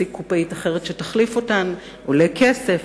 להעסיק קופאית אחרת שתחליף אותן עולה כסף,